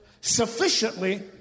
sufficiently